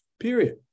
period